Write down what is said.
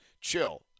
chill